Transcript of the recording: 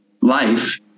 life